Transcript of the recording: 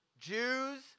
Jews